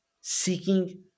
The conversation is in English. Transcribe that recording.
seeking